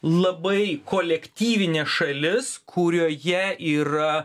labai kolektyvinė šalis kurioje yra